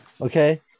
Okay